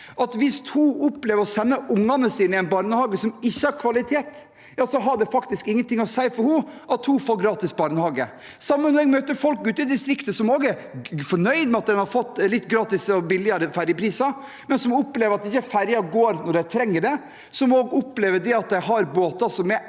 hvis hun opplever å sende ungene sine i en barnehage som ikke har kvalitet, har det faktisk ingenting å si for henne at hun får gratis barnehage. På samme måte møter en folk ute i distriktet som også er fornøyd med at en har fått gratis og litt billigere ferjer, men som opplever at ferjen ikke går når en trenger det, og som også opplever at en har båter som er